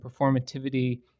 performativity